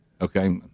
Okay